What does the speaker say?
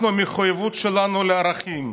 אנחנו, המחויבות שלנו היא לערכים.